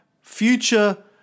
future